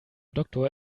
doktor